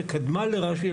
שקדמה לרש"י,